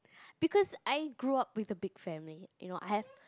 because I grew up with a big family you know I have